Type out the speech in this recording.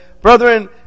Brethren